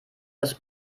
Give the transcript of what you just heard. das